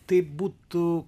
tai būtų